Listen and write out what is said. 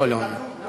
לא, לא.